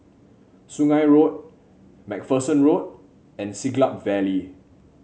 Sungei Road MacPherson Road and Siglap Valley